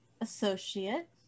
associate